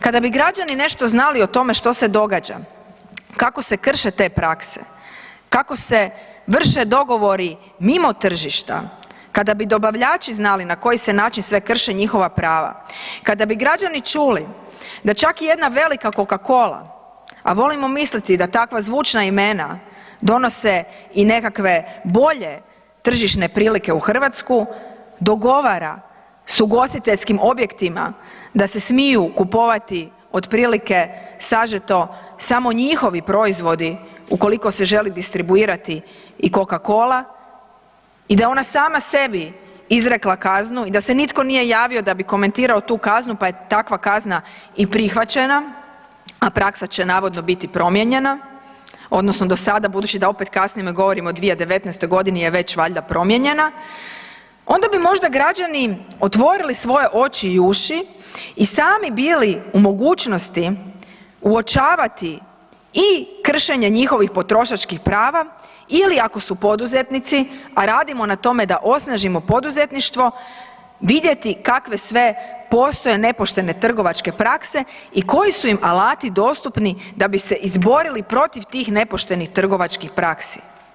Kada bi građani nešto znali o tome što se događa, kako se krše te prakse, kako se vrše dogovori mimo tržišta, kada bi dobavljači znali na koji se način sve krši njihova prava, kada bi građani čuli da čak i jedna velika Coca-Cola a volimo misliti da takva zvučna imena donose i nekakve bolje tržišne prilike u Hrvatsku, dogovara s ugostiteljskim objektima da se smiju kupovati otprilike sažeto samo njihovi proizvodi ukoliko se želi distribuirati i Coca-Cola, i da je ona sama sebi izrekla kaznu i da se nitko nije javio da bi komentirao tu kaznu pa je takva kazna i prihvaćena a praksa će navodno biti promijenjena, odnosno do sada budući da opet kasnimo jer govorimo o 2019. g. je već valjda promijenjena, onda bi možda građani otvorili svoje oči i uši i sami bili u mogućnosti uočavati i kršenje njihovih potrošačkih prava ili ako su poduzetnici a radimo na tome da osnažimo poduzetništvo, vidjeti kakve sve postoje nepoštene trgovačke prakse i koji su im alati dostupni da bi se izborili protiv tih nepoštenih trgovačkih praksi.